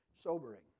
sobering